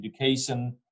education